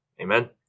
Amen